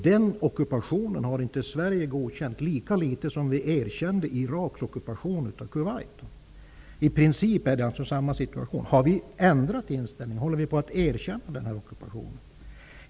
Den ockupationen har Sverige inte godkänt, lika litet som vi erkände Iraks ockupation av Kuwait. Det är i princip samma situation. Har vi ändrat inställning? Håller vi på att erkänna den här ockupationen?